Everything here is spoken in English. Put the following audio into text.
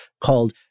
called